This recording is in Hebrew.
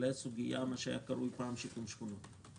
לבין מה שהיה קרוי פעם שיקום שכונות,